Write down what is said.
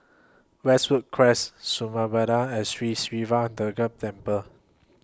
Westwood Cress Samudera and Sri Siva Durga Temple